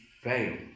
fail